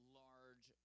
large